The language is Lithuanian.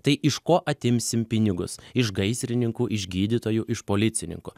tai iš ko atimsim pinigus iš gaisrininkų iš gydytojų iš policininkų